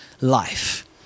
life